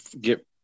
get